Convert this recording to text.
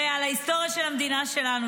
זה על ההיסטוריה של המדינה שלנו,